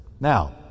Now